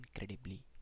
incredibly